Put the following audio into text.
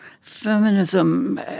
feminism